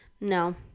No